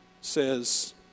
says